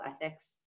ethics